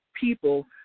People